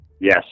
Yes